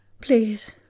Please